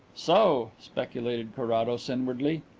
so, speculated carrados inwardly.